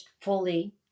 fully